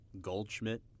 Goldschmidt